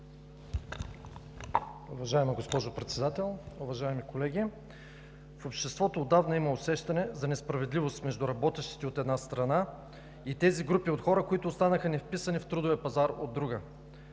Уважаема госпожо Председател, уважаеми колеги! В обществото отдавна има усещане за несправедливост между работещите, от една страна, и тези групи от хора, които останаха невписани в трудовия пазар, от друга